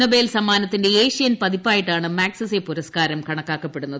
Nobel സമ്മാനത്തിന്റെ Asian പതിപ്പായിട്ടാണ് Magsaysay പുരസ്കാരം കണക്കാക്കപ്പെടുന്നത്